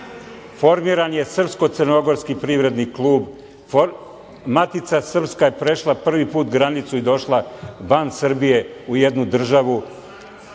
formiran je Srpsko-crnogorski privredni klub. Matica srpska je prešla prvi put granicu i došla van Srbije u jednu državu. Dakle,